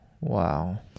wow